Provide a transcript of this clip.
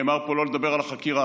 נאמר פה לא לדבר על החקירה,